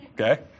Okay